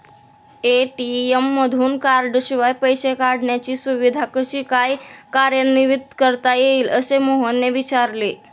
ATM मधून कार्डशिवाय पैसे काढण्याची सुविधा कशी काय कार्यान्वित करता येईल, असे मोहनने विचारले